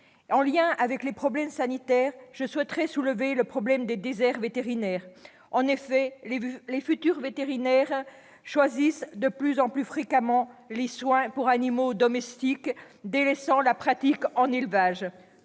En lien avec les problèmes sanitaires, je souhaiterais soulever le problème des déserts vétérinaires. En effet, les futurs vétérinaires choisissent de plus en plus fréquemment les soins pour animaux domestiques, délaissant la pratique en élevage.